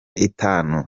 itanu